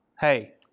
Hey